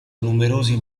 numerosi